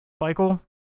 Michael